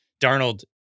Darnold